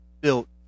built